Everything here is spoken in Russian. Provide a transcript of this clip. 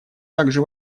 также